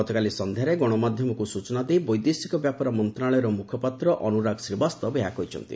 ଗତକାଲି ସନ୍ଧ୍ୟାରେ ଗଣମାଧ୍ୟମକୁ ସୂଚନା ଦେଇ ବୈଦେଶିକ ବ୍ୟାପାର ମନ୍ତ୍ରଣାଳୟର ମୁଖପାତ୍ର ଅନୁରାଗ ଶ୍ରୀବାସ୍ତବ ଏହି କହିଛନ୍ତି